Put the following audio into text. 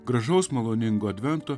gražaus maloningo advento